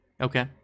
Okay